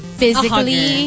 physically